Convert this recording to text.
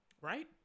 right